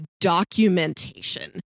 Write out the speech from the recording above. documentation